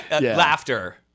laughter